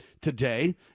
today